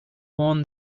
warn